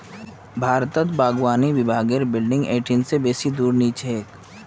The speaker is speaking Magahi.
भारतत बागवानी विभागेर बिल्डिंग इ ठिन से बेसी दूर नी छेक